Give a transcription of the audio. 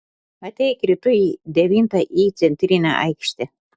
ateik rytoj devintą į centrinę aikštę